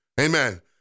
Amen